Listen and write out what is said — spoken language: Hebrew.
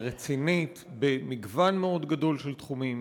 רצינית במגוון מאוד גדול של תחומים,